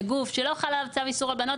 לגוף שלא חל עליו צו איסור הלבנות,